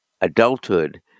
adulthood